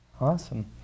Awesome